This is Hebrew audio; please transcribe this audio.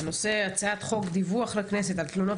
הנושא: הצעת חוק דיווח לכנסת על תלונות